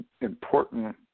important